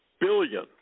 billion